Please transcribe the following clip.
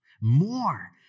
More